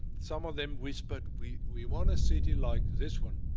some of them whispered, we we want a city like this one.